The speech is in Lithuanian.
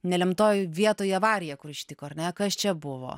nelemtoj vietoje avarija kur ištiko ar ne kas čia buvo